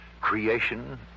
Creation